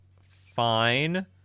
fine